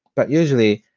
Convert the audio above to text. but usually,